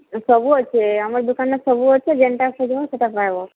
ସବୁ ଅଛେ ଆମର ଦୁକାନରେ ସବୁ ଅଛେ ଯେନ୍ତା ଖୋଜିମ ସେଟା ପାଇବ